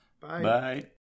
Bye